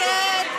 בעד.